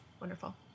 wonderful